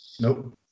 Nope